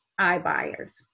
iBuyers